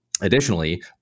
Additionally